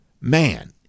man